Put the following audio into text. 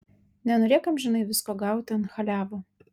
nenorėk amžinai visko gauti ant chaliavo